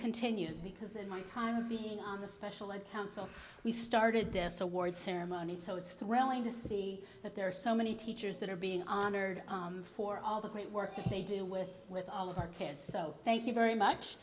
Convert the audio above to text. continued because in my time of being on the special ed council we started this award ceremony so it's thrilling to see that there are so many teachers that are being honored for all the great work that they do with with all of our kids so thank you very much